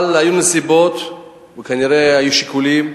אבל היו נסיבות וכנראה היו שיקולים,